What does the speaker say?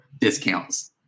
discounts